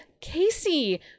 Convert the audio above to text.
Casey